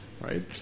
right